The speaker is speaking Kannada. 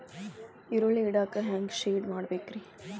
ಈರುಳ್ಳಿ ಇಡಾಕ ಹ್ಯಾಂಗ ಶೆಡ್ ಮಾಡಬೇಕ್ರೇ?